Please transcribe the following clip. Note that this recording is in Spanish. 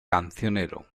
cancionero